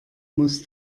muss